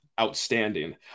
outstanding